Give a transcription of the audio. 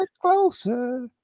closer